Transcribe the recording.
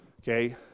Okay